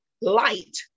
light